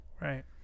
Right